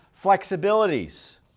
flexibilities